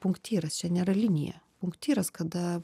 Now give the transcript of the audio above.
punktyras čia nėra linija punktyras kada